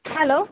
hello